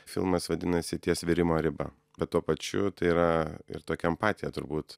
filmas vadinasi ties virimo riba bet tuo pačiu tai yra ir tokia empatija turbūt